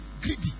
greedy